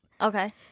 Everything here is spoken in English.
Okay